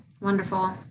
Wonderful